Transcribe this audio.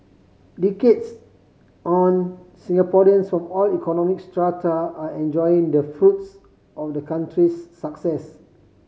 decades on Singaporeans from all economic strata are enjoying the fruits of the country's success